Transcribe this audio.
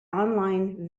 online